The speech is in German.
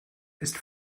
ist